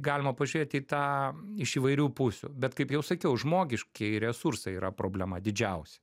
galima pažiūrėti į tą iš įvairių pusių bet kaip jau sakiau žmogiškieji resursai yra problema didžiausia